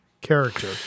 character